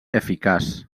eficaç